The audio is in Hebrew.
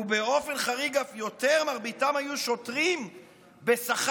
ובאופן חריג אף יותר, מרביתם היו שוטרים בשכר.